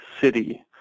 city